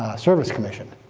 service commission